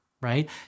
right